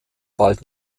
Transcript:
bald